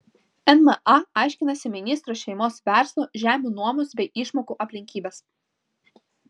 nma aiškinasi ministro šeimos verslo žemių nuomos bei išmokų aplinkybes